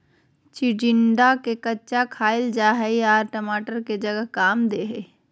चिचिंडा के कच्चा खाईल जा हई आर टमाटर के जगह काम दे हइ